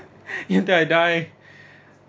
until I die